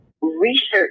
research